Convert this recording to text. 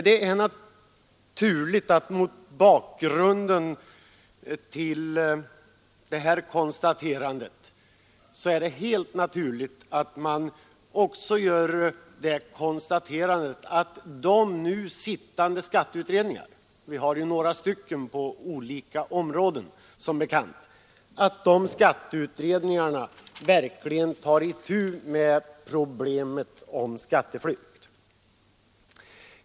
Mot denna bakgrund är det helt naturligt att man också gör det konstaterandet att de nu sittande skatteutredningarna — vi har ju några stycken på olika områden, som bekant — verkligen tar itu med problemet skatteflykt.